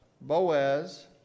Boaz